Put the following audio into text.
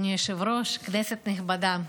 אדוני היושב-ראש, כנסת נכבדה,